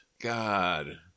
God